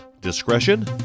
Discretion